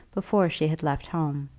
before she had left home.